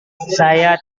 saya